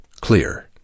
clear